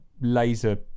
laser